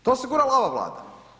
To je osigurala ova Vlada.